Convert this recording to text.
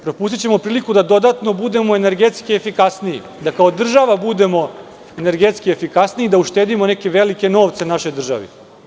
Propustićemo priliku da dodatno budemo energetski efikasniji, da kao država budemo energetski efikasniji i da uštedimo neke velike novce našoj državi.